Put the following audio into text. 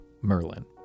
Merlin